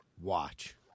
Watch